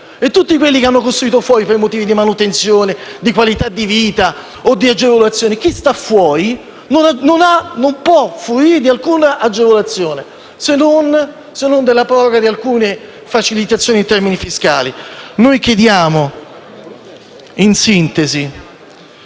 e tutti coloro che hanno costruito fuori per motivi di manutenzione, di qualità di vita o di agevolazioni non possono fruire di alcuna agevolazioni, se non della proroga di alcune facilitazioni in termini fiscali. Noi chiediamo, in sintesi,